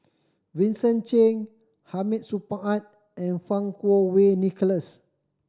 Vincent Cheng Hamid Supaat and Fang Kuo Wei Nicholas